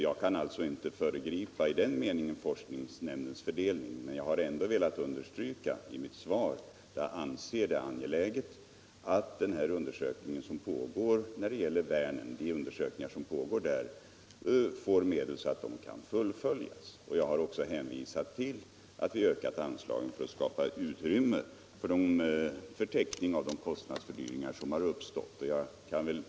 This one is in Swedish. Jag kan alltså inte i den meningen föregripa forskningsnämndens fördelning, men jag har ändå i mitt svar velat understryka att jag anser det angeläget att man får medel för att fullfölja de undersökningar som pågår när det gäller Vänern. Jag har också hänvisat till att vi ökat anslagen för att skapa utrymme för täckning av de kostnadsfördyringar som har uppstått.